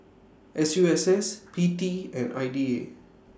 S U S S P T and I D A